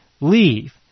leave